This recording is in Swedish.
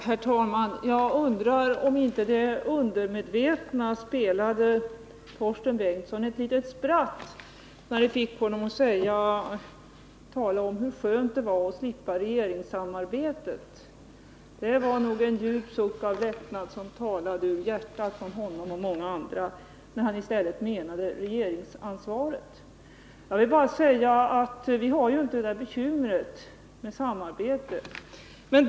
Herr talman! Jag undrar om inte det undermedvetna spelade Torsten Bengtson ett litet spratt när det fick honom att tala om hur skönt det var att slippa regeringssamarbetet när han i stället menade regeringsansvaret. Det var nog en djup suck av lättnad som återspeglades i det yttrandet, en röst som talade ur hjärtat på honom och många andra borgerliga politiker. Vi har inte det bekymret med samarbete.